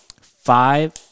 Five